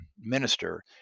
minister